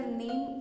name